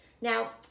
Now